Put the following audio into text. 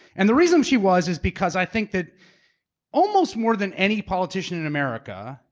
and the reason she was, is because i think that almost more than any politician in america,